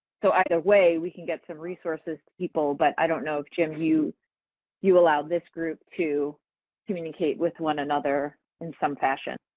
so either way we can get some resources to people but i don't know if jim you you allow this group to communicate with one another in some fashion.